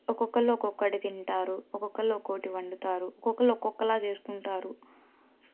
ఒక్కొకరు ఒక్కొక్కటి తింటారు ఒక్కొకరు ఒక్కొక్కటి వండుతారు ఒక్కొకరు ఒక్కొక్కలాగా చేసుకుంటారు